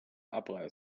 abreißen